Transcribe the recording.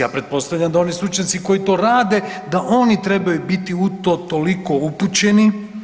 Ja pretpostavljam da oni stručnjaci koji to rade da oni trebaju biti u to toliko upućeni.